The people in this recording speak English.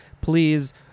Please